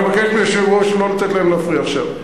אני מבקש מהיושבת-ראש לא לתת להם להפריע עכשיו.